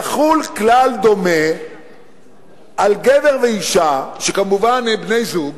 יחול כלל דומה על גבר ואשה, שכמובן הם בני-זוג,